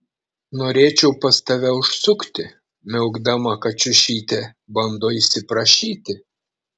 norėčiau pas tave užsukti miaukdama kačiušytė bando įsiprašyti